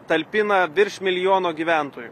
talpina virš milijono gyventojų